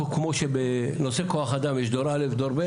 כמו שבנושא כוח אדם יש דור א' דור ב',